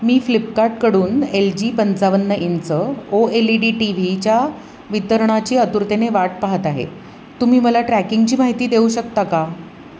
मी फ्लिपकार्टकडून L G पंचावन्न inch O L E D T व्हीच्या वितरणाची आतुरतेने वाट पाहत आहे तुम्ही मला ट्रॅकिंगची माहिती देऊ शकता का